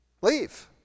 Leave